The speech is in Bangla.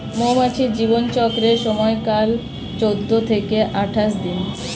মৌমাছির জীবন চক্রের সময়কাল চৌদ্দ থেকে আঠাশ দিন